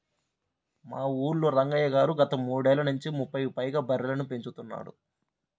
మా ఊల్లో రంగయ్య గారు గత మూడేళ్ళ నుంచి ముప్పైకి పైగా బర్రెలని పెంచుతున్నాడు